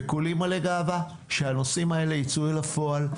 וכולי מלא גאווה שהנושאים האלה יצאו אל הפועל.